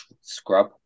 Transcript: Scrub